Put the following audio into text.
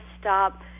stop